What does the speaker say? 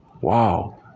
Wow